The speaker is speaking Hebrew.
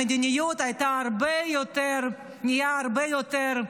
המדיניות נהייתה הרבה יותר סלחנית.